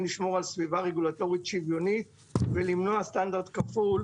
לשמור על סביבה רגולטורית שוויונית ולא בסטנדרט כפול,